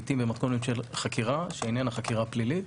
לעיתים במתכונת של חקירה, שאיננה חקירה פלילית,